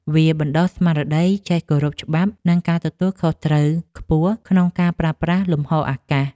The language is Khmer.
វាបណ្ដុះស្មារតីចេះគោរពច្បាប់ និងការទទួលខុសត្រូវខ្ពស់ក្នុងការប្រើប្រាស់លំហអាកាស។